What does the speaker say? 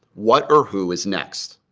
what or who is next?